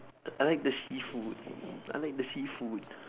I like the seafood I like the seafood